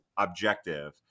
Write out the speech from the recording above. objective